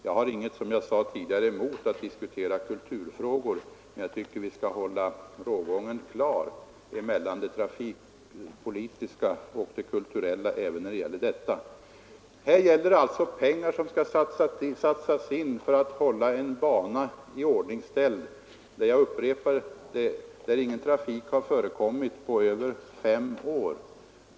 Som jag sade tidigare, har jag inget emot att diskutera kulturfrågor, men jag tycker att vi skall hålla rågången klar mellan det trafikpolitiska och det kulturella även i den här frågan. Här gäller det alltså pengar som skulle satsas för att hålla en bana iordningställd, där — jag upprepar det — ingen trafik har förekommit på över fem år.